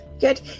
Good